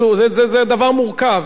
זה דבר מורכב,